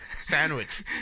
Sandwich